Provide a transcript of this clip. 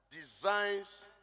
designs